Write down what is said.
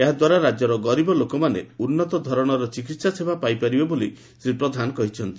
ଏହାଦ୍ବାରା ରାଜ୍ୟର ଗରିବ ଲୋକାମାନେ ଉନ୍ନତ ଧରଣର ଚିକିହାସେବା ପାଇପାରିବେ ବୋଲି ଶ୍ରୀ ପ୍ରଧାନ କହିଛନ୍ତି